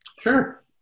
sure